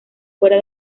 fuera